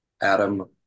Adam